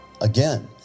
Again